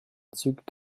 zügig